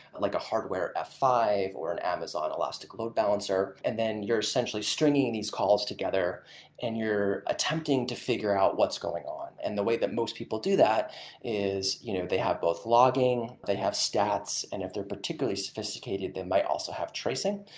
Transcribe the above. like a hardware f five or an amazon elastic load balancer. and then you're essentially stringing these calls together and you're attempting to figure out what's going on. and the way that most people do that is you know they have both logging, they have stats, and if they're particularly sophisticated, they might also have tracing.